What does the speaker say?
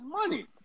money